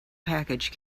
package